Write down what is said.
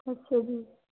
ਅੱਛਾ ਜੀ